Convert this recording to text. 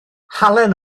halen